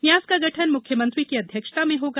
न्यास का गठन मुख्यमंत्री की अध्यक्षता में होगा